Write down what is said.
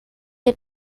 les